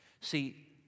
See